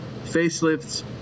facelifts